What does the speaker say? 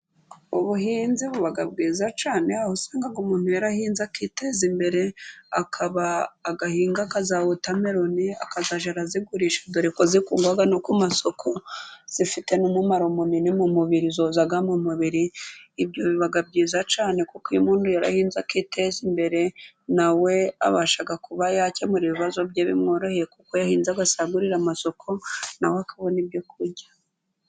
Ubuhinzi buba bwiza cyane, aho usanga ngo umuntu yarahinze akiteza imbere akaba agahinga nkaza wotameroni, akajajya arazigurisha dore ko zikundwa no ku masoko zifite n'umumaro munini mu mubiri zoza mu mubiri ibyo biba byiza cyane, kuko iyo imuntu yarahinze akiteza imbere na we abasha kuba yakemura ibibazo bye bimworoheye kuko aba yarahinze, agasagurira amasoko nawe akabona ibyokurya.